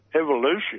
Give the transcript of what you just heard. evolution